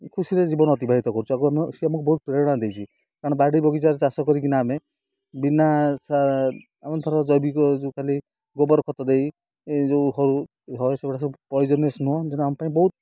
ଖୁସିରେ ଜୀବନ ଅତିବାହିତ କରୁଛୁ ଆଉ ଆମେ ସେ ଆମକୁ ବହୁତ ପ୍ରେରଣା ଦେଇଛି କାରଣ ବାଡ଼ି ବଗିଚାରେ ଚାଷ କରିକିନା ଆମେ ବିନା ଆମେ ଧର ଜୈବିକ ଯେଉଁ ଖାଲି ଗୋବର ଖତ ଦେଇ ଯେଉଁ ହଉ ହଉ ସେଗୁଡ଼ା ସବୁ ପୟେଜନୀୟସ୍ ନୁହେଁ ଯେ ଆମ ପାଇଁ ବହୁତ